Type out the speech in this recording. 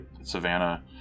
Savannah